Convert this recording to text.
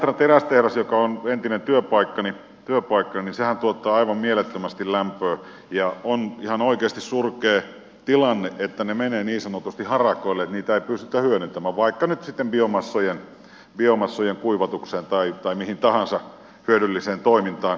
imatran terästehdashan joka on entinen työpaikkani tuottaa aivan mielettömästi lämpöä ja on ihan oikeasti surkea tilanne että se menee niin sanotusti harakoille että sitä ei pystytä hyödyntämään vaikka nyt sitten biomassojen kuivatukseen tai mihin tahansa hyödylliseen toimintaan